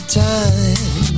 time